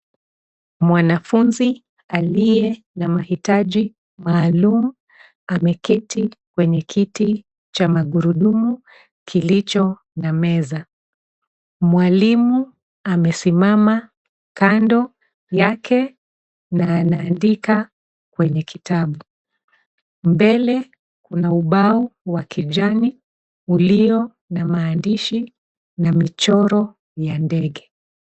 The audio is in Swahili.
Mwanafunzi mwenye mahitaji maalum ameketi kwenye kiti cha magurudumu kilicho na meza. Mwalimu amesimama kando yake na anaandika kwenye kitabu. Mbele kuna ubao wa kijani ulio na maandishi na michoro ya ndege.